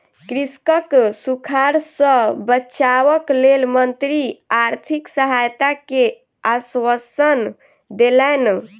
कृषकक सूखाड़ सॅ बचावक लेल मंत्री आर्थिक सहायता के आश्वासन देलैन